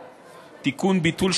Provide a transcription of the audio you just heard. דודי,